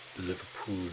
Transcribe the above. Liverpool